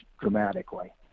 dramatically